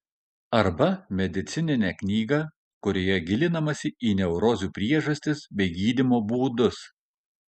arba medicininę knygą kurioje gilinamasi į neurozių priežastis bei gydymo būdus